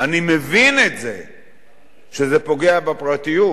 אני מבין שזה פוגע בפרטיות,